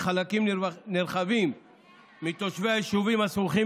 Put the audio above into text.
וחלקים נרחבים מתושבי היישובים הסמוכים